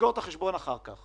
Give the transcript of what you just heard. נסגור את החשבון אחר כך.